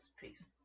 peace